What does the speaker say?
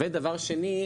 דבר שני,